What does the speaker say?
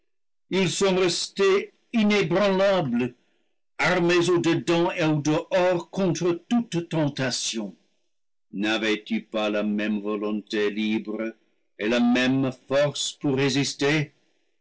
ils sont restés inébranlables armés au dedans et au dehors contre toute ten talion navais tu pas la même volonté libre et la même force pour résister